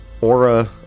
aura